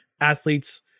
athletes